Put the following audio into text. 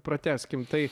pratęskim tai